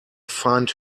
find